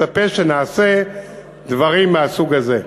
מצפה שנעשה דברים מהסוג הזה.